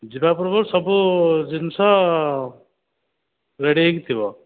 ଯିବା ପୂର୍ବରୁ ସବୁ ଜିନିଷ ରେଡ଼ି ହୋଇକି ଥିବ